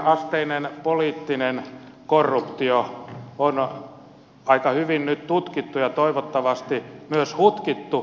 eriasteinen poliittinen korruptio on aika hyvin nyt tutkittu ja toivottavasti myös hutkittu